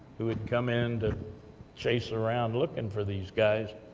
who had come in to chase around, looking for these guys,